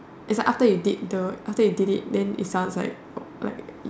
it's a after you did the after you did it then it sounds like like